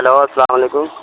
hello السلام علیکم